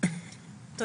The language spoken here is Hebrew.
הצבעה אושר.